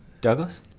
Douglas